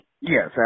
Yes